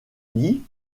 met